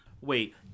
Wait